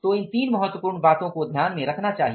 तो इन 3 महत्वपूर्ण बातों को ध्यान में रखा जाना चाहिए